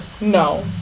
No